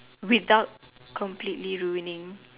without completely ruining